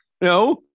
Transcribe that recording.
No